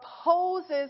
opposes